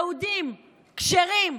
יהודים כשרים,